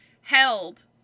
held